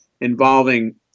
involving